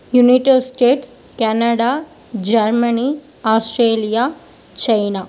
United States Canada Germany Australia China